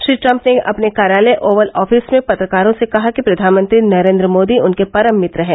Shri Trump ने अपने कार्यालय ओवल ऑफिस में पत्रकारों से कहा कि प्रधानमंत्री नरेन्द्र मोदी उनके परम मित्र हैं